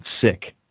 sick